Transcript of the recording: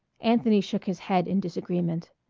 anthony shook his head in disagreement.